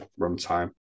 runtime